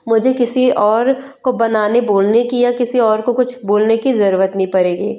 मुझे किसी और को बनाने बोलने की या किसी और को कुछ बोलने की जरुरत नहीं पड़ेगी